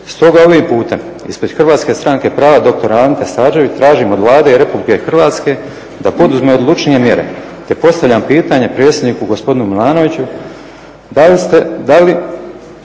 stoga ovim putem ispred Hrvatske stranke prava dr. Ante Starčevića tražim od Vlade i RH da poduzme odlučnije mjere te postavljam pitanje predsjedniku, gospodinu Milanoviću da li biste